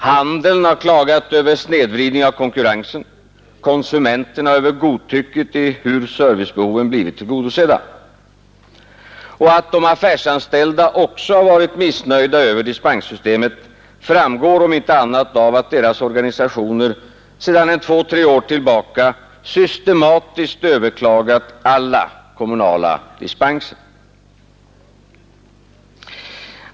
Handeln har klagat över en snedvridning av konkurrensen, konsumenterna över hur godtyckligt servicebehoven har blivit tillgodosedda. Att också de affärsanställda har varit missnöjda med dispenssystemet framgår om inte annat av att deras organisationer sedan två tre år tillbaka systematiskt har överklagat alla kommunala dispenser.